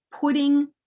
putting